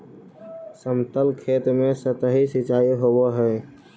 समतल खेत में सतही सिंचाई होवऽ हइ